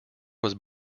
was